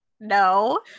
No